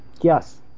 Yes